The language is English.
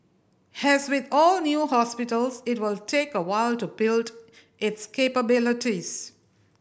has with all new hospitals it will take a while to build its capabilities